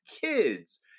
kids